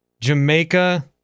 Jamaica